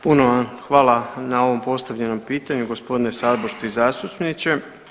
Puno vam hvala na ovom postavljenom pitanju gospodine saborski zastupniče.